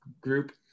group